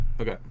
Okay